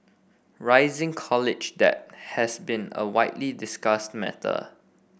rising college debt has been a widely discussed matter